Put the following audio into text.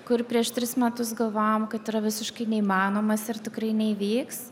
kur prieš tris metus galvojom kad yra visiškai neįmanomas ir tikrai neįvyks